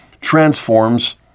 transforms